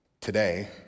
Today